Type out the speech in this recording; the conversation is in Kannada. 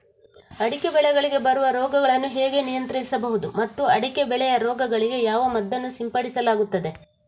ಅಡಿಕೆ ಬೆಳೆಗಳಿಗೆ ಬರುವ ರೋಗಗಳನ್ನು ಹೇಗೆ ನಿಯಂತ್ರಿಸಬಹುದು ಮತ್ತು ಅಡಿಕೆ ಬೆಳೆಯ ರೋಗಗಳಿಗೆ ಯಾವ ಮದ್ದನ್ನು ಸಿಂಪಡಿಸಲಾಗುತ್ತದೆ?